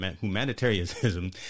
humanitarianism